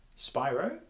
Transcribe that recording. spyro